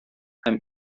һәм